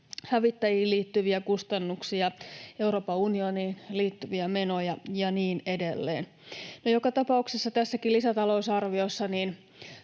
hävittäjiin liittyviä kustannuksia, Euroopan unioniin liittyviä menoja, ja niin edelleen. No, joka tapauksessa tässäkin lisätalousarviossa